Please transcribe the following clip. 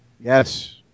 Yes